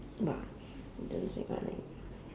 !wah! they don't speak my language